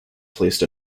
placed